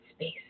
space